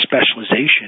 specialization